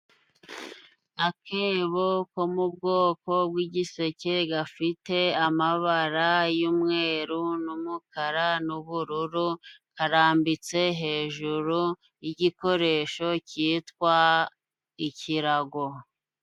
Akebo ko mu bwoko bw'igiseke, gafite amabara y'umweru n'umukara n'ubururu, karambitse hejuru y'igikoresho cyitwa ikirago.